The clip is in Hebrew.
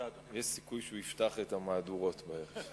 יש סיכוי שהוא יפתח את המהדורות בערב.